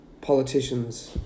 Politicians